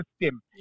system